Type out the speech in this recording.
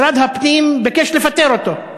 משרד הפנים ביקש לפטר אותו.